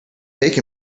make